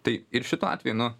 tai ir šituo atveju nu